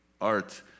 art